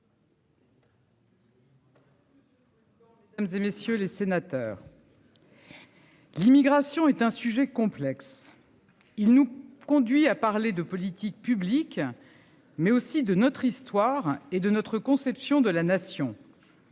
Et messieurs les sénateurs. L'immigration est un sujet complexe. Il nous conduit à parler de politique publique. Mais aussi de notre histoire et de notre conception de la nation.